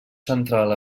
central